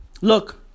look